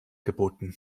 geboten